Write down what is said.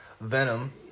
Venom